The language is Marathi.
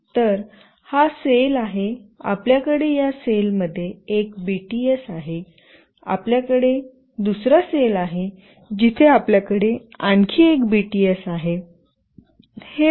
तर हा सेल आहे आपल्याकडे या सेलमध्ये एक बीटीएस आहे आपल्याकडे दुसरा सेल आहे जिथे आपल्याकडे आणखी एक बीटीएस आहे